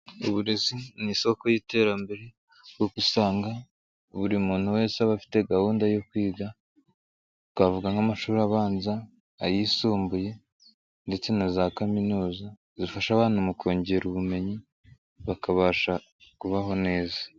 Uburezi ni isoko y'iterambere ubwo usanga buri muntu wese aba afite gahunda yo kwiga, twavuga nk'amashuri abanza, ayisumbuye ndetse na za kaminuza zifasha abana mu kongera ubumenyi, bakabasha kubaho neza.